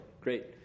Great